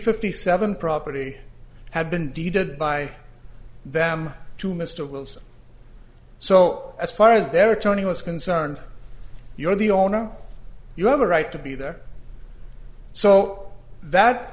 fifty seven property had been deeded by them to mr wilson so as far as their attorney was concerned you're the owner you have a right to be there so that